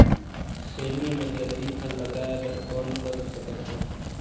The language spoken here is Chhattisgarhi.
सेमी म जल्दी फल लगाय बर कौन कर सकत हन?